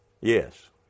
Yes